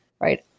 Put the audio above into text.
right